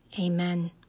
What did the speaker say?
amen